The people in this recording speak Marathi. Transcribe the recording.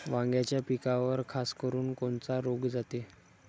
वांग्याच्या पिकावर खासकरुन कोनचा रोग जाते?